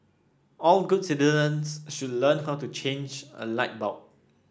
all good citizens should learn how to change a light bulb